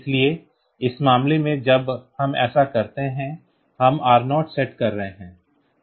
इसलिए इस मामले में जब हम ऐसा करते हैं हम R0 सेट कर रहे हैं